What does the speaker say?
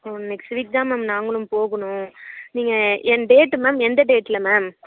ஓ next week தான் ma'am நாங்களும் போகணும் நீங்கள் டேட்டு மேம் எந்த டேட்டில் மேம்